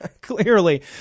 Clearly